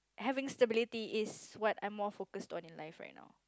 having stability is what I'm more focused on in life right now